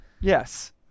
yes